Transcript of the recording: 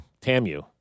Tamu